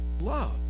love